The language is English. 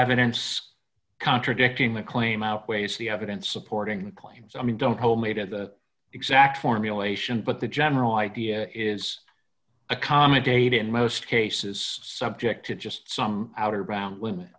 evidence contradicting the claim outweighs the evidence supporting the claim so i mean don't hold me to the exact formulation but the general idea is accommodated in most cases subject to just some outer brown women